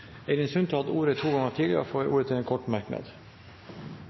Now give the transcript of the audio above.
Eirin Sund har hatt ordet to ganger tidligere og får ordet til en kort merknad,